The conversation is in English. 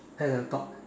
at a thought